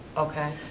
okay.